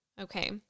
Okay